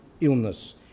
illness